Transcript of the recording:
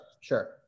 sure